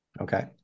Okay